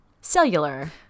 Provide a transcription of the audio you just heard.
Cellular